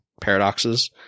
paradoxes